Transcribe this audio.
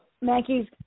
Maggie's